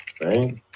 right